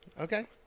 Okay